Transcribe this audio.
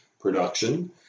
production